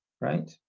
right